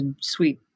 sweet